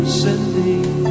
sending